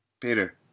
Peter